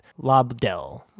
Lobdell